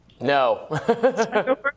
No